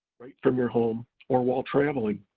right from your home, or while traveling.